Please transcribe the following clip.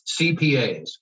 CPAs